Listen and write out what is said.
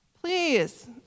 Please